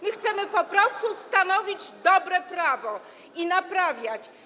My chcemy po prostu stanowić dobre prawo i naprawiać.